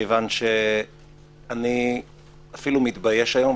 כיוון שאני אפילו מתבייש היום,